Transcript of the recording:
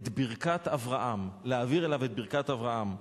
את ברכת אברהם, להעביר אליו את ברכת אברהם.